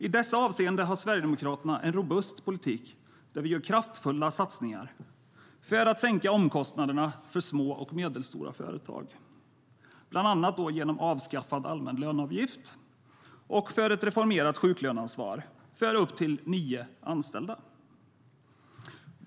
I dessa avseenden har Sverigedemokraterna en robust politik där vi gör kraftfulla satsningar för att sänka omkostnaderna för små och medelstora företag, bland annat genom avskaffad allmän löneavgift och ett reformerat sjuklöneansvar för upp till nio anställda.